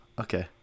Okay